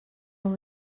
will